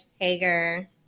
hager